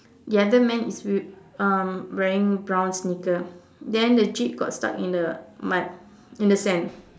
the other man is w~ um wearing brown sneaker then the jeep got stuck in the mud in the sand